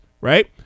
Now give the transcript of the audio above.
right